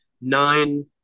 nine